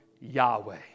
Yahweh